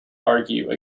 argue